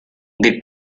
the